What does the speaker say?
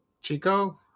Chico